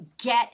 get